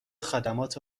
خدمات